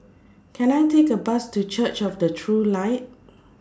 Can I Take A Bus to Church of The True Light